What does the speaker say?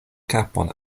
kapon